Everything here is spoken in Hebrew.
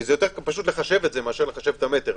כי פשוט יותר לחשב את זה מאשר לחשב את המטר.